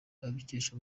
abikesha